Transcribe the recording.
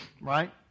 Right